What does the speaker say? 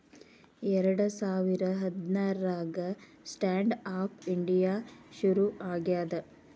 ಎರಡ ಸಾವಿರ ಹದ್ನಾರಾಗ ಸ್ಟ್ಯಾಂಡ್ ಆಪ್ ಇಂಡಿಯಾ ಶುರು ಆಗ್ಯಾದ